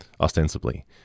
ostensibly